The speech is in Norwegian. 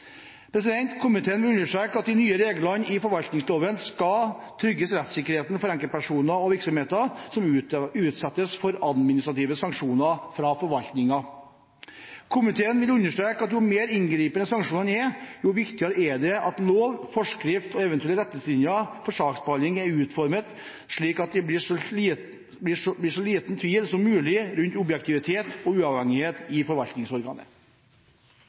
Komiteen understreker at de nye reglene i forvaltningsloven skal trygge rettssikkerheten for enkeltpersoner og virksomheter som utsettes for administrative sanksjoner fra forvaltningen. Komiteen vil understreke at jo mer inngripende sanksjonene er, jo viktigere er det at lov, forskrift og eventuelle retningslinjer for saksbehandling er utformet slik at det blir så liten tvil som mulig rundt objektivitet og uavhengighet i forvaltningsorganet.